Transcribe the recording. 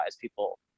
people